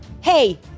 Hey